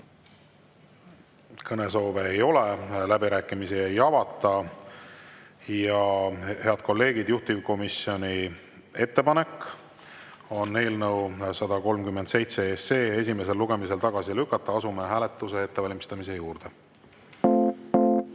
Kõnesoove ei ole, läbirääkimisi ei avata. Head kolleegid! Juhtivkomisjoni ettepanek on eelnõu 137 esimesel lugemisel tagasi lükata. Asume hääletamise ettevalmistamise juurde.